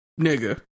Nigga